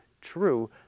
true